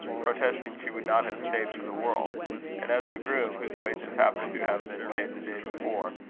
protesting she would not have staid for the world and as the groom, whose wages happened to have been paid the day before,